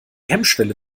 hemmschwelle